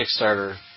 Kickstarter